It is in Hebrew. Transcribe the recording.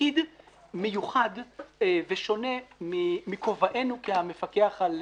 תפקיד מיוחד ושונה מכובענו כמפקח על